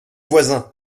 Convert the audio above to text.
voisin